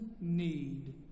need